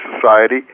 Society